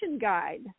guide